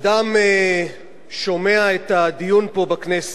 אדם שומע את הדיון פה בכנסת,